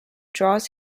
draws